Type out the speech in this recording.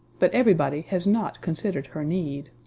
but everybody has not considered her need.